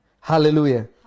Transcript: Hallelujah